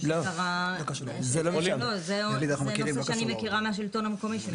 נושא שאני מכירה מהשלטון המקומי שלי.